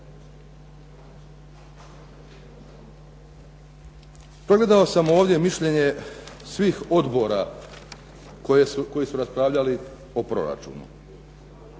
Pregledao sam ovdje mišljenje svih odbora koji su raspravljali o proračunu.